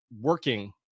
working